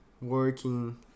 working